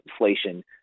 inflation